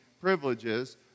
privileges